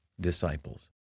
disciples